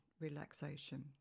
relaxation